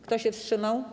Kto się wstrzymał?